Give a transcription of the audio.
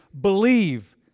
believe